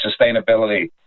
sustainability